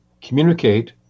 communicate